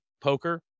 poker